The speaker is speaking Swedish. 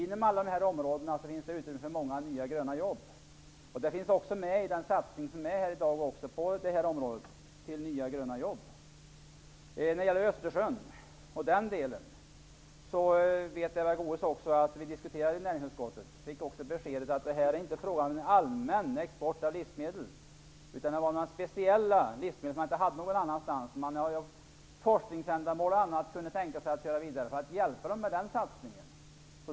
Inom alla dessa områden finns det utrymme för många nya gröna jobb. Det finns också med i den satsning som vi har föreslagit i dag. När det gäller Östersjön vill jag säga att också Eva Goës vet att vi diskuterade frågan i näringsutskottet. Vi fick beskedet att det inte är fråga om någon allmän export av livsmedel, utan att det gäller speciella livsmedel som inte finns någon annanstans. Man kunde för forskningsändamål och annat tänka sig att köra livsmedlen vidare för att hjälpa balterna med den satsningen.